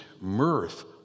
mirth